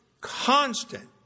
Constant